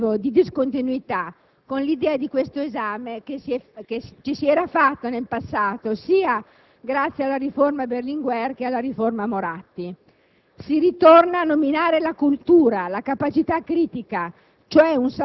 testo. Ritengo tale definizione un segno positivo di discontinuità con l'idea che di questo esame ci si era fatti nel passato grazie alla riforma Berlinguer e alla riforma Moratti